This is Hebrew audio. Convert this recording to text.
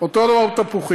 אותו דבר תפוחים.